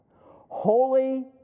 Holy